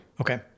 Okay